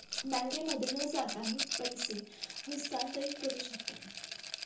बँकेमध्ये न जाता मी पैसे हस्तांतरित करू शकतो का?